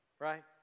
right